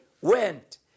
went